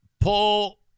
pull